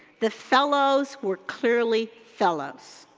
the fellows were clearly fellows.